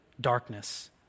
darkness